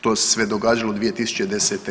To se sve događalo 2010.